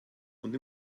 und